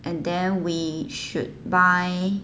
and then we should buy